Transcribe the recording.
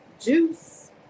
juice